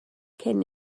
cyn